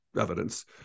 evidence